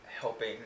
helping